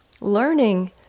learning